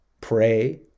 Pray